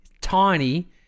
tiny